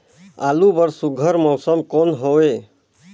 आलू बर सुघ्घर मौसम कौन हवे?